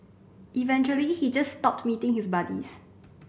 eventually he just stopped meeting his buddies